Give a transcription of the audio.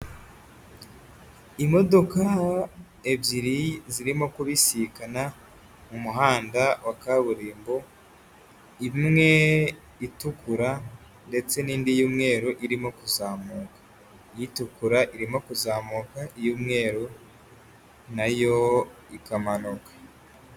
Imodoka ebyiri zirimo kubisikana mu muhanda wa kaburimbo, imwe itukura ndetse n'indi y'umweru irimo kuzamuka, itukura irimo kuzamuka iy'umweru nayo ikamanuka.